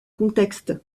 contexte